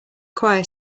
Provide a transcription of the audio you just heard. choir